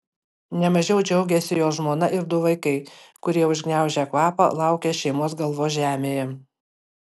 ne mažiau džiaugėsi jo žmona ir du vaikai kurie užgniaužę kvapą laukė šeimos galvos žemėje